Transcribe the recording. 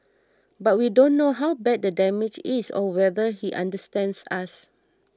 but we don't know how bad the damage is or whether he understands us